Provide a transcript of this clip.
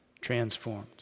transformed